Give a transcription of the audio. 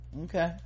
Okay